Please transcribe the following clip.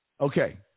Okay